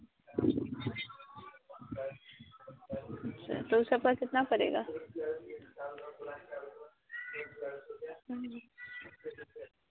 अच्छा तो सबका कितना पड़ेगा